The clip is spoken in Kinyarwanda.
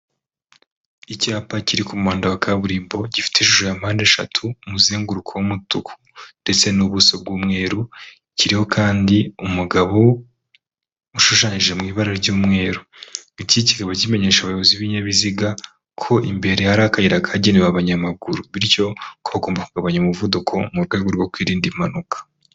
Icyapa kiri ku muhanda wa kaburimbo gifite ishusho ya mpande eshatu, umuzenguruko w'umutuku ndetse n'ubuso bw'umweru. Kiriho kandi umugabo ushushanyije mu ibara ry'umweru. Iki kikaba kimenyesha abayobozi b'ibinyabiziga ko imbere hari akayira kagenewe abanyamaguru, bityo kogomba kugabanya umuvuduko mu rwego rwo kwirinda impanuka.